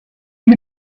you